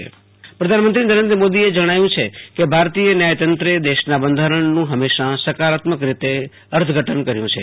આશુતોષ અંતાણી પ્રધાનમંત્રીઃ વડી અદાલતઃ પ્રધાનમંત્રી નરેન્દ્ર મોદીએ જણાવ્યું છે કે ભારતીય ન્યાયતંત્રે દેશનાં બંધારણનું હંમેશાં સકારાત્મક રીતે અર્થઘટન કર્યું છે